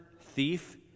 thief